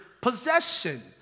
possession